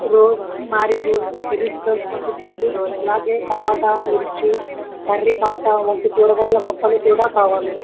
rose marigold hibiscus వంటి పూలు అలాగే టమాటా మిర్చి కర్రీపత్త వంటి కూరగాయల మొక్కలు కూడా కావాలి